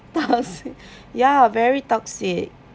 toxic ya very toxic